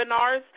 Webinars